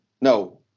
no